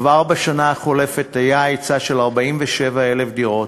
כבר בשנה החולפת היה היצע של 47,000 דירות,